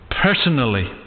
Personally